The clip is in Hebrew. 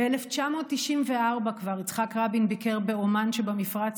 ב-1994 כבר יצחק רבין ביקר בעומאן שבמפרץ